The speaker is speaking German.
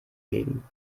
legen